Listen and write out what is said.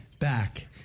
Back